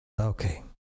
Okay